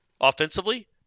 offensively